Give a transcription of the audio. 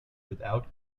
without